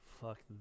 Fuck